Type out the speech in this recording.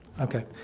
okay